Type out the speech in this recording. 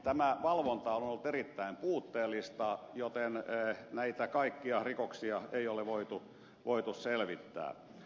tämä valvonta on ollut erittäin puutteellista joten näitä kaikkia rikoksia ei ole voitu selvittää